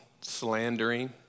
slandering